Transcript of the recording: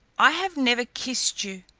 i have never kissed you,